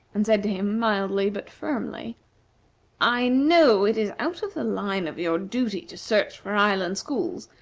and said to him mildly but firmly i know it is out of the line of your duty to search for island schools,